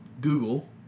Google